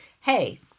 hey